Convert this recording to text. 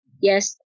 Yes